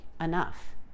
enough